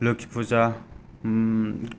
लोक्षि पुजा